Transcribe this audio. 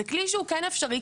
זה כלי שהוא כן אפשרי,